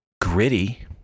gritty